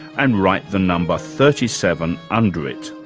and write the number thirty seven under it.